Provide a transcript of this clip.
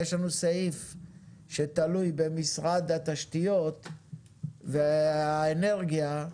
שתלוי במשרד התשתיות והאנרגיה,